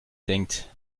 denkt